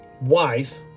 wife